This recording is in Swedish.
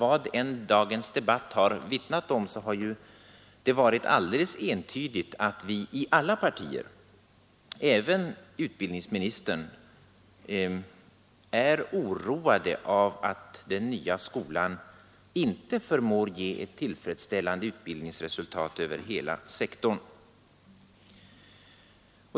Vad än dagens debatt har vittnat om, har det varit alldeles entydigt att vi alla, även utbildningsministern, är oroade av att den nya skolan inte förmått ge ett tillfredsställande utbildningsresultat över hela sektorn.